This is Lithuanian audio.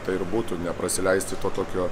tai ir būtų neprasileisti to tokio